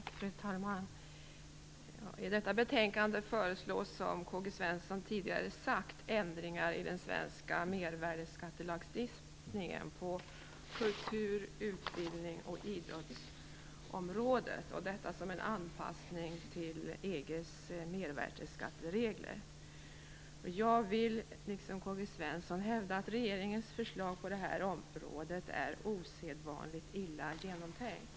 Fru talman! I detta betänkande föreslås, som Karl Gösta Svenson tidigare sagt, ändringar i den svenska mervärdesskattelagstiftningen på kultur-, utbildnings och idrottsområdet. Detta är avsett att vara en anpassning till EG:s mervärdesskatteregler. Jag vill liksom Karl-Gösta Svenson hävda att regeringens förslag på detta område är osedvanligt illa genomtänkt.